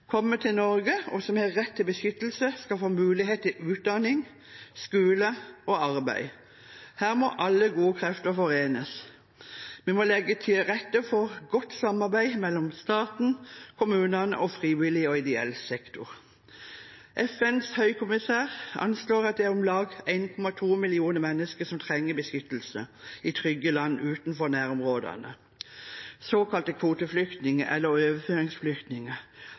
kommer til Norge, og som har rett til beskyttelse, skal få mulighet til utdanning, skole og arbeid. Her må alle gode krefter forenes. Vi må legge til rette for godt samarbeid mellom staten, kommunene og frivillig og ideell sektor. FNs høykommissær anslår at det er om lag 1,2 millioner mennesker som trenger beskyttelse i trygge land utenfor nærområdene, såkalte kvoteflyktninger eller overføringsflyktninger.